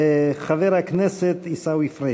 חבר הכנסת עיסאווי פריג'.